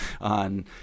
on